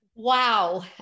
Wow